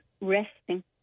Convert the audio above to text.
resting